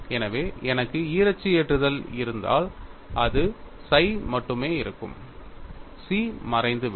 எனவே எனக்கு ஈரச்சு ஏற்றுதல் இருந்தால் அது psi மட்டுமே இருக்கும் chi மறைந்துவிடும்